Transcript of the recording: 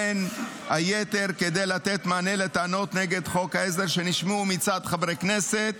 בין היתר כדי לתת מענה לטענות נגד חוק העזר שנשמעו מצד חברי כנסת